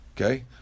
Okay